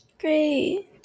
Great